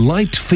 Light